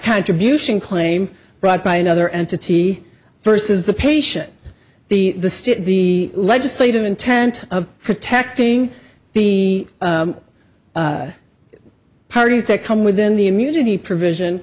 contribution claim brought by another entity versus the patient the state the legislative intent of protecting the parties to come within the immunity provision